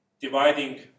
dividing